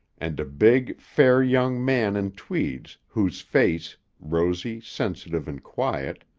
and a big, fair young man in tweeds whose face, rosy, sensitive, and quiet,